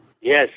Yes